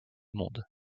monde